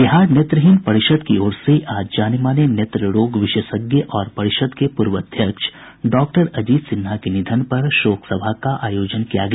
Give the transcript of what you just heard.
बिहार नेत्रहीन परिषद् की ओर से आज जाने माने नेत्र रोग विशेषज्ञ और परिषद् के पूर्व अध्यक्ष डॉक्टर अजीत सिन्हा के निधन पर शोक सभा का आयोजन किया गया